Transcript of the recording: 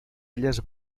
elles